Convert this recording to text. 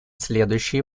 следующие